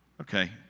Okay